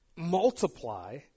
multiply